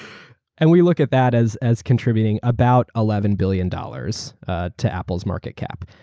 and we look at that as as contributing about eleven billion dollars to apple's market cap,